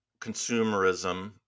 consumerism